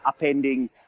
upending